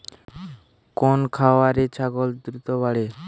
কোন খাওয়ারে ছাগল দ্রুত বাড়ে?